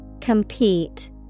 Compete